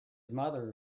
mother